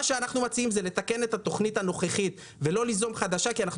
מה שאנחנו מציעים זה לתקן את התוכנית הנוכחית ולא ליזום חדשה כי אנחנו